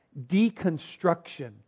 deconstruction